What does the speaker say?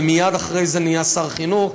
ומייד אחרי זה נהיה שר חינוך.